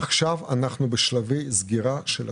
עכשיו אנחנו בשלבי סגירה של התכנית.